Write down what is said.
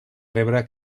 rebre